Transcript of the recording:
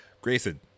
Grayson